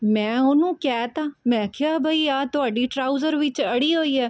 ਮੈਂ ਉਹਨੂੰ ਕਹਿ ਤਾ ਮੈਂ ਕਿਹਾ ਬਈ ਆਹ ਤੁਹਾਡੀ ਟਰਾਊਜ਼ਰ ਵਿੱਚ ਅੜੀ ਹੋਈ ਹੈ